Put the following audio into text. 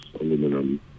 aluminum